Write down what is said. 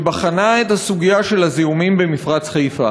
שבחנה את הסוגיה של הזיהומים במפרץ-חיפה